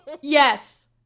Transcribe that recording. yes